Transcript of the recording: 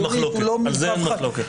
אין מחלוקת, על זה אין מחלוקת.